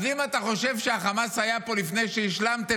אם אתה חושב שהחמאס היה פה לפני שהשלמתם,